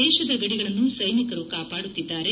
ದೇಶದ ಗಡಿಗಳನ್ನು ಸೈನಿಕರು ಕಾಪಾಡುತ್ತಿದ್ದಾರೆ